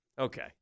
Okay